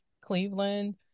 Cleveland